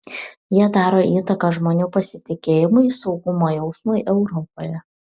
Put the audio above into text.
jie daro įtaką žmonių pasitikėjimui saugumo jausmui europoje